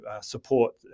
support